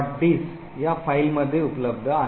diss या फाईलमध्ये उपलब्ध आहे